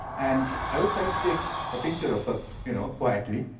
and i was trying to take a picture of her you know quietly.